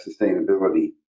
sustainability